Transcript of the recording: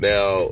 Now